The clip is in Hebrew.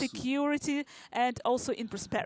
בביטחון ובשגשוג.